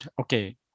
okay